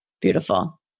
Beautiful